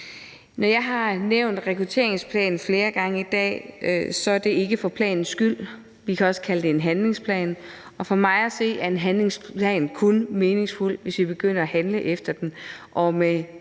Når jeg har nævnt rekrutteringsplanen flere gange i dag, er det ikke for planens skyld. Vi kan også kalde det en handlingsplan, og for mig at se er en handlingsplan kun meningsfuld, hvis vi begynder at handle efter den,